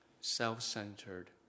self-centered